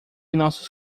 nossos